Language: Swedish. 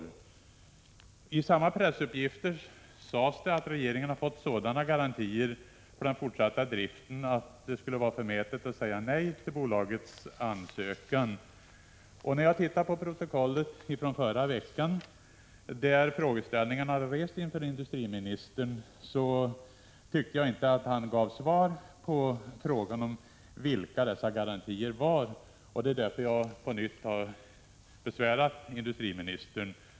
Av uppgifterna i pressen framgår också att regeringen har fått sådana garantier för den fortsatta driften att det skulle vara förmätet att säga nej till bolagets ansökan. I ett protokoll från förra veckan finns ett svar från industriministern om finskägda företag. Men jag tycker inte att han då gav något svar på frågan om garantierna i detta sammanhang. Det är därför som jag har besvärat industriministern.